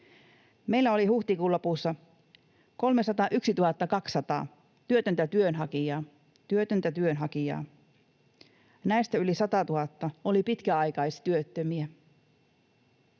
Meillä oli huhtikuun lopussa 301 200 työtöntä työnhakijaa. Näistä yli 100 000 oli pitkäaikaistyöttömiä.